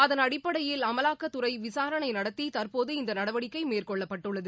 அதன் அடிப்படையில் அமலாக்கத்துறை விசாரணை நடத்தி தற்போது இந்த நடவடிக்கை மேற்கொள்ளப்பட்டுள்ளது